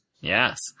Yes